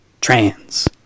Trans